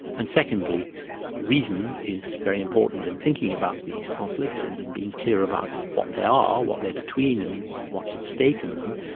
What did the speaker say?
and secondly reason is very important in thinking about these conflicts, and then and being clear about what they are, what they're between and what's at stake in them.